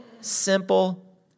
simple